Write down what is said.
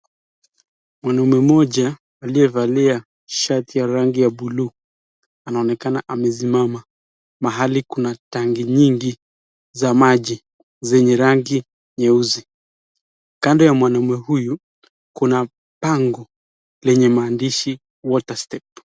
Mwanaume mmoja aliyevalia shati ya rangi ya buluu anaonekana amesimama. Mahali kuna tangi nyingi za maji zenye rangi nyeusi. Kando ya mwanaume huyu kuna pango lenye maandishi Waterstep.